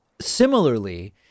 Similarly